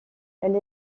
elle